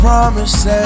promises